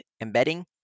embedding